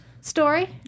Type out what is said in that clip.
story